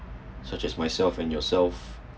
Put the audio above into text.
such as myself and yourself